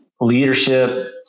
leadership